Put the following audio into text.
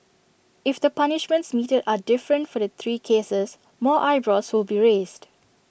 if the punishments meted are different for the three cases more eyebrows will be raised